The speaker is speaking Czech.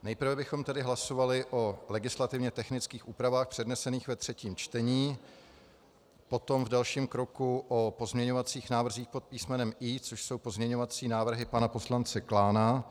Nejprve bychom tedy hlasovali o legislativně technických úpravách přednesených ve třetím čtení, potom v dalším kroku o pozměňovacích návrzích pod písmenem I, což jsou pozměňovací návrhy pana poslance Klána.